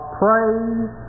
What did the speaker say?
praise